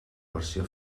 versió